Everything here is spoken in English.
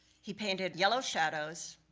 he painted yellow shadows,